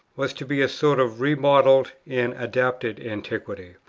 was to be a sort of remodelled and adapted antiquity.